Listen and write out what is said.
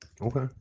Okay